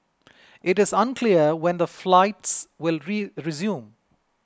it is unclear when the flights will resume